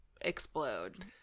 explode